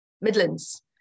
Midlands